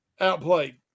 outplayed